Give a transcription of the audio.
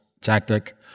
tactic